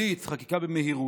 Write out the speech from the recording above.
חקיקה בבליץ, חקיקה במהירות.